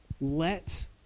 Let